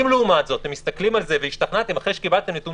אם לעומת זאת אתם מסתכלים על זה והשתכנעתם אחרי שקיבלתם נתונים,